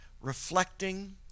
reflecting